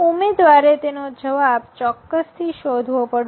ઉમેદવારે તેનો જવાબ ચોક્કસથી શોધવો પડશે